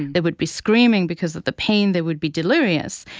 they would be screaming because of the pain. they would be delirious.